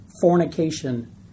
fornication